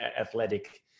athletic